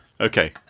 Okay